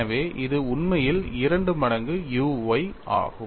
எனவே இது உண்மையில் இரண்டு மடங்கு u y ஆகும்